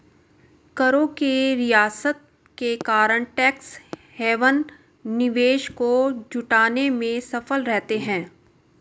करों के रियायत के कारण टैक्स हैवन निवेश को जुटाने में सफल रहते हैं